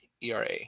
ERA